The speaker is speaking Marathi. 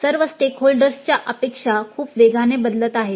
सर्व स्टेकहोल्डर्सच्या अपेक्षा खूप वेगाने बदलत आहेत